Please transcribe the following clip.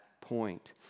point